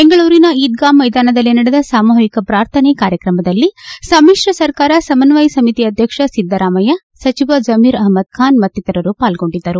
ಬೆಂಗಳೂರಿನ ಈದ್ಗಾ ಮೈದಾನದಲ್ಲಿ ನಡೆದ ಸಾಮೂಹಿಕ ಪ್ರಾರ್ಥನೆ ಕಾರ್ಯಕ್ರಮದಲ್ಲಿ ಸಮಿತ್ರ ಸರ್ಕಾರ ಸಮನ್ವಯ ಸಮಿತಿ ಅಧ್ಯಕ್ಷ ಸಿದ್ದರಾಮಯ್ಲ ಸಚಿವ ಜಮೀರ್ ಅಹಮ್ನದ್ ಖಾನ್ ಮತ್ತಿತರರು ಪಾಲ್ಗೊಂಡಿದ್ದರು